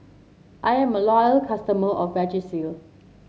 I'm a loyal customer of Vagisil